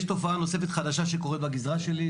יש תופעה נוספת חדשה שקורית בגזרה שלי,